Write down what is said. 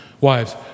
Wives